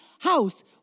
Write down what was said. house